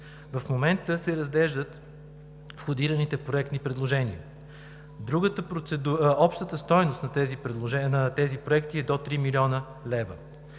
В момента се разглеждат входираните проектни предложения. Общата стойност на тези проекти е до 3 млн. лв.